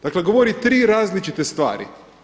Dakle, govori tri različite stvari.